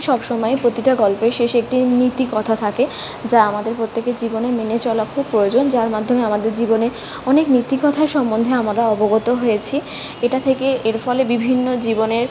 সব সময় প্রতিটা গল্পের শেষে একটি নীতিকথা থাকে যা আমাদের প্রত্যেকের জীবনে মেনে চলা খুব প্রয়োজন যার মাধ্যমে আমাদের জীবনে অনেক নীতি কথা সম্বন্ধে আমরা অবগত হয়েছি এটা থেকে এর ফলে বিভিন্ন জীবনের